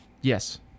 Yes